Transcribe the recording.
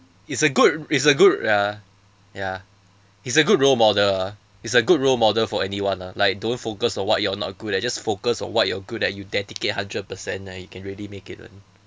it's a good it's a good ah ya he's a good role model ah he's a good role model for anyone ah like don't focus on what you are not good at just focus on what you are good at you dedicate hundred percent then you can really make it [one]